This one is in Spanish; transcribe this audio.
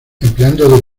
empleando